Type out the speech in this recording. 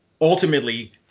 Ultimately